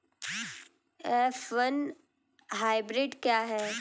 F one hybrid क्या है?